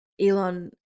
Elon